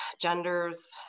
genders